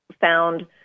found